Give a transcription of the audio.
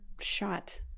shot